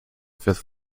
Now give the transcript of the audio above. fifth